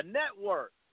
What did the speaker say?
network